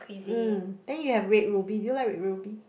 mm then you have red ruby you like red ruby